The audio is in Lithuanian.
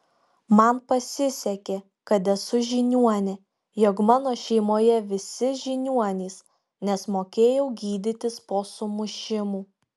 man pasisekė kad esu žiniuonė jog mano šeimoje visi žiniuonys nes mokėjau gydytis po sumušimų